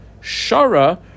Shara